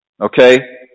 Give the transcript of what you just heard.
okay